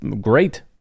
Great